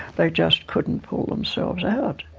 they just couldn't pull themselves out.